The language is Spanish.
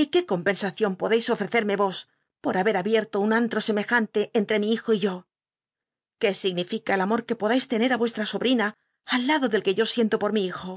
y qué compensación po ofrecerme vos por haber abierto un antro semejante enl e mi hijo y yo qué signillca el amor que podais lene á vuestra sobtina al lado del ue yo siento po mi hijo